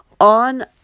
on